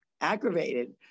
aggravated